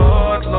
Lord